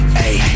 hey